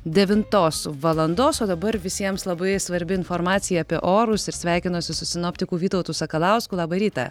devintos valandos o dabar visiems labai svarbi informacija apie orus ir sveikinuosi su sinoptikų vytautu sakalausku labą rytą